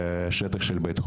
אתם פעם בשמאל ופעם בימין.